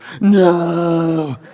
No